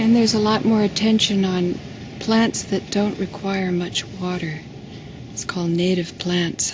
and there's a lot more attention on plants that don't require much water it's called native plants